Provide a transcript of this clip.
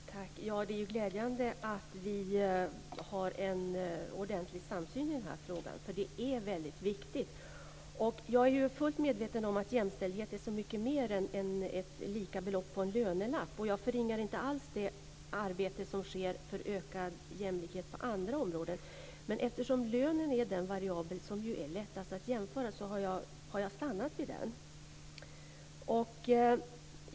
Herr talman! Det är glädjande att vi har en ordentlig samsyn i denna fråga, för det är väldigt viktigt. Jag är fullt medveten om att jämställdhet är så mycket mer än samma belopp på en lönelapp. Jag förringar inte alls det arbete som sker för ökad jämlikhet på andra områden, men eftersom lönen är den variabel som är lättast att jämföra har jag stannat vid den.